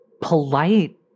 polite